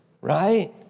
right